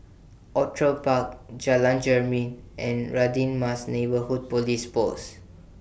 Outram Bar Jalan Jermin and Radin Mas Neighbourhood Police Post